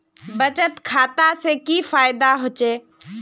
बचत खाता से की फायदा होचे?